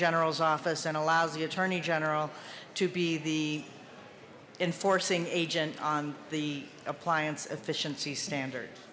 general's office and allows the attorney general to be the enforcing agent on the appliance efficiency standard